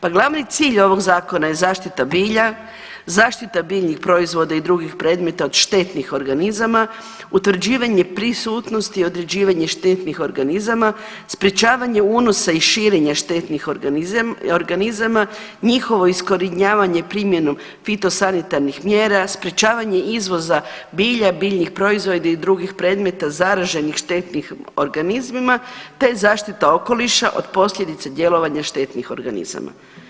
Pa glavni cilj ovog zakona je zaštita bilja, zaštita biljnih proizvoda i drugih predmeta od štetnih organizama, utvrđivanje prisutnosti i određivanje štetnih organizama, sprječavanje unosa i širenja štetnih organizama, njihovo iskorjenjivanje primjenom fitosanitarnih mjera, sprječavanje izvoza bilja i biljnih proizvoda i drugih predmeta zaraženih štetnim organizmima te zaštita okoliša od posljedica djelovanja štetnih organizama.